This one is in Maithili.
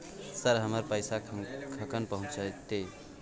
सर, हमर पैसा कखन पहुंचतै?